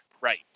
right